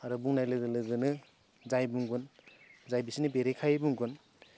आरो बुंनाय लोगो लोगोनो जाय बुंगोन जाय बिसोरनि बेरेखायै बुंगोन